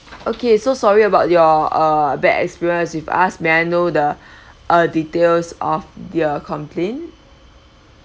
okay so sorry about your uh bad experience with us may I know the uh details of your complain